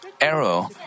arrow